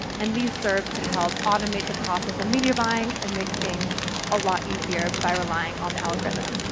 and these serve to help automate the process of media buying and make things a lot easier by relying on the algorithm.